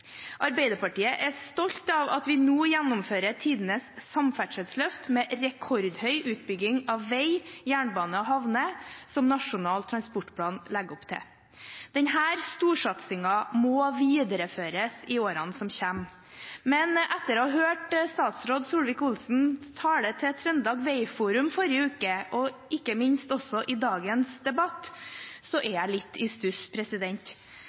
Arbeiderpartiet er stolt av at vi nå gjennomfører tidenes samferdselsløft med rekordhøy utbygging av vei, jernbane og havner, som Nasjonal transportplan legger opp til. Denne storsatsingen må videreføres i årene som kommer. Men etter å ha hørt statsråd Solvik-Olsens tale til Vegforum Trøndelag forrige uke, og ikke minst i dagens debatt, er jeg litt i stuss.